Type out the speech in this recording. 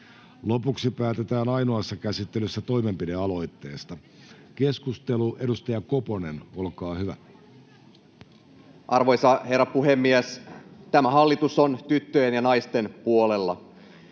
Lopuksi päätetään ainoassa käsittelyssä toimenpidealoitteesta. — Keskustelu, edustaja Koponen, olkaa hyvä. Arvoisa herra puhemies! Tämä hallitus on tyttöjen ja naisten puolella.